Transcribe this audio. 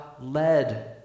led